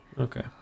Okay